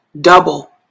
double